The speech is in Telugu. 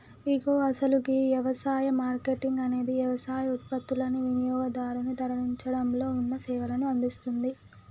ఇగో అసలు గీ యవసాయ మార్కేటింగ్ అనేది యవసాయ ఉత్పత్తులనుని వినియోగదారునికి తరలించడంలో ఉన్న సేవలను అందిస్తుంది